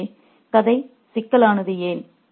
refer slide time 1452 எனவே கதை சிக்கலானது என்ன